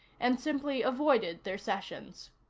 and simply avoided their sessions.